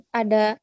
ada